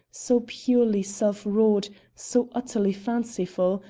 so purely self-wrought, so utterly fanciful,